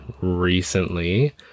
recently